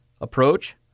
approach